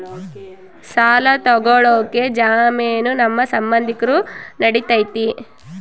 ಸಾಲ ತೊಗೋಳಕ್ಕೆ ಜಾಮೇನು ನಮ್ಮ ಸಂಬಂಧಿಕರು ನಡಿತೈತಿ?